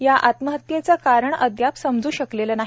या आत्महत्येचं कारण अद्याप समजू शकलेलं नाही